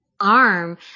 arm